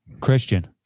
Christian